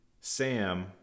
Sam